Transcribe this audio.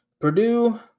Purdue